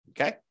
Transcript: Okay